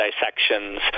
dissections